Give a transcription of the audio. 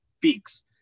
peaks